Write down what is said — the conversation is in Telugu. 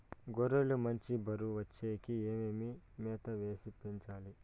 గొర్రె లు మంచి బరువు వచ్చేకి ఏమేమి మేత వేసి పెంచాలి?